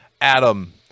Adam